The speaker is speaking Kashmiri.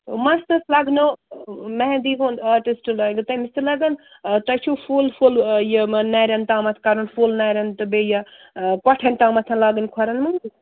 مَستَس لَگنَو مہنٛدی ہُنٛد آرٹِسٹہٕ لَگہِ تۄہہِ تٔمِس تہِ لَگَن تۄہہِ چھُو فُل فُل یِمَن نَرٮ۪ن تامتھ کَرُن فُل نَرٮ۪ن تہٕ بیٚیہِ یہِ کۅٹھٮ۪ن تامَتھ لاگٕنۍ کھۅرَن مٲنٛز